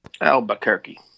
Albuquerque